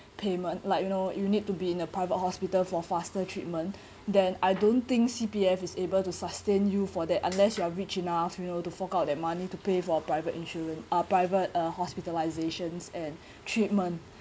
payment like you know you need to be in a private hospital for faster treatment then I don't think C_P_F is able to sustain you for that unless you are rich enough you know to fork out the money to pay for private insurance uh private uh hospitalisations and treatment